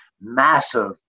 massive